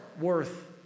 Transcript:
worth